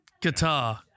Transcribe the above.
Guitar